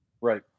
right